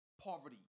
poverty